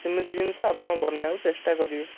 ଏମିତି ଜିନିଷ ଆପଣ ବନାଇବାକୁ ଚେଷ୍ଟା କରିବେ